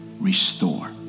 restore